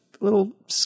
little